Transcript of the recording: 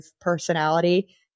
personality